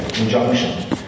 Injunction